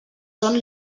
són